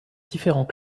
différents